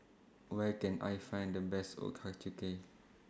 Where Can I Find The Best Ochazuke